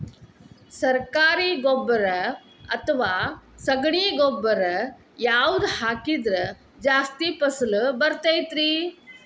ಸರಕಾರಿ ಗೊಬ್ಬರ ಅಥವಾ ಸಗಣಿ ಗೊಬ್ಬರ ಯಾವ್ದು ಹಾಕಿದ್ರ ಜಾಸ್ತಿ ಫಸಲು ಬರತೈತ್ರಿ?